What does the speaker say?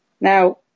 Now